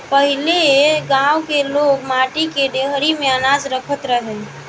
पहिले गांव के लोग माटी के डेहरी में अनाज रखत रहे